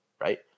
right